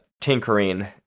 tinkering